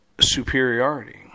superiority